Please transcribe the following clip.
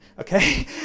Okay